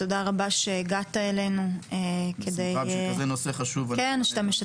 תודה רבה שהגעת אלינו ועל כך שאתה מעורב בזה אישית,